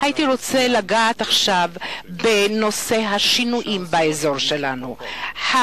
הייתי רוצה לגעת עכשיו בנושא השינויים באזור שבו אנו נמצאים,